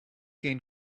gain